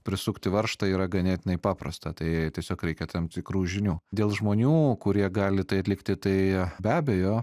prisukti varžtą yra ganėtinai paprasta tai tiesiog reikia tam tikrų žinių dėl žmonių kurie gali tai atlikti tai be abejo